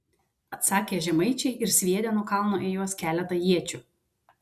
atsakė žemaičiai ir sviedė nuo kalno į juos keletą iečių